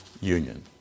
union